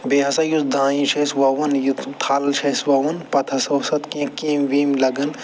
بیٚیہِ ہَسا یُس دانہِ چھِ أسۍ وَوان یہِ تھَل چھِ اَسہِ وَوُن پتہٕ ہَسا اوس اَتھ کیٚنٛہہ کیٚمۍ ویٚمۍ لگان